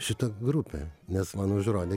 šita grupė nes man užrodė